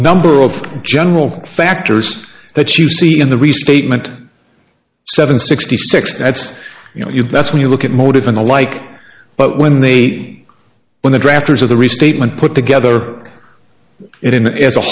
number of general factors that you see in the restatement seven sixty six that's you know you that's when you look at motive and the like but when they when the drafters of the restatement put together it in the